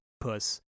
puss